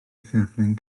ffurflen